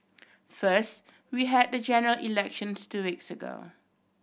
first we had the general elections two weeks ago